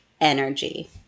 energy